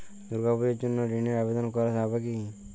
দুর্গাপূজার জন্য ঋণের আবেদন করা যাবে কি?